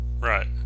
right